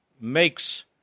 makes